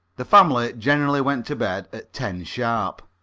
the family generally went to bed at ten sharp.